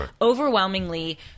overwhelmingly